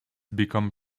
become